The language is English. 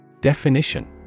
Definition